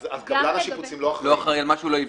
קבלן השיפוצים לא אחראי על מה שלא הביא.